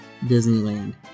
Disneyland